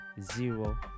Zero